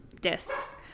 discs